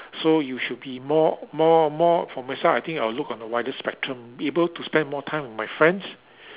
so you should be more more more for myself I think I'll look on a wider spectrum able to spend more time with my friends